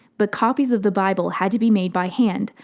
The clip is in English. but copies of the bible had to be made by hand,